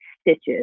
stitches